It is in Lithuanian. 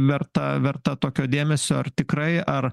verta verta tokio dėmesio ar tikrai ar